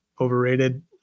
overrated